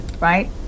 right